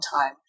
time